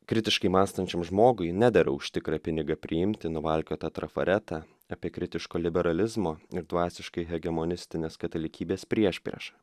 kritiškai mąstančiam žmogui nedera už tikrą pinigą priimti nuvalkiotą trafaretą apie kritiško liberalizmo ir dvasiškai hegemonistinės katalikybės priešpriešą